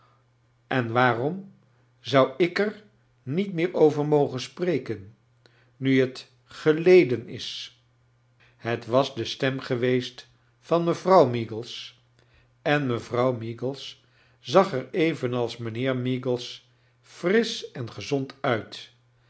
en waarom zou ik er niet meer over mogen spreken nu het geleden is het was de stem geweest van mevrouw meagles en inevrouw meagles zag er evenals mijnheer meagles frisch en gezond uit